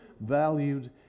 valued